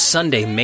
Sunday